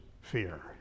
fear